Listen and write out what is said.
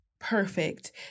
perfect